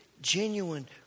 genuine